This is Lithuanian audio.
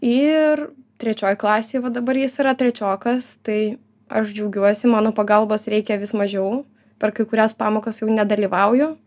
ir trečioj klasėj va dabar jis yra trečiokas tai aš džiaugiuosi mano pagalbos reikia vis mažiau per kai kurias pamokas jau nedalyvauju